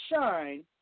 shine